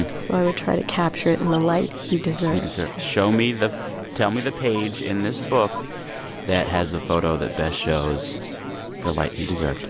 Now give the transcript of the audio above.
so i would try to capture it in the light he deserved show me the tell me the page in this book that has a photo that best shows the light he deserved